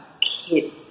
kid